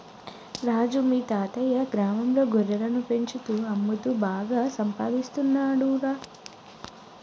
రాజు మీ తాతయ్యా గ్రామంలో గొర్రెలను పెంచుతూ అమ్ముతూ బాగా సంపాదిస్తున్నాడురా